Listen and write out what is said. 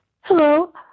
Hello